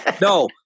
No